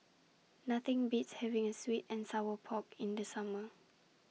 Nothing Beats having A Sweet and Sour Pork in The Summer